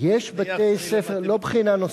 לא בחינה נוספת.